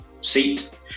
seat